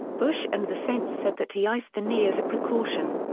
bush and the saints said that he iced the knee as a precaution.